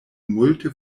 multe